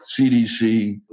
CDC